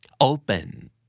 Open